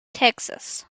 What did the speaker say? texas